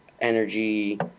energy